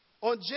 On